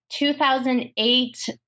2008